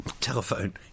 telephone